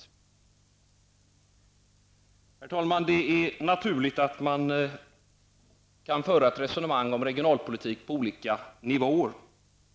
Herr talman! Det är naturligt att man kan föra ett resonemang om regionalpolitik på olika nivåer.